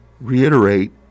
reiterate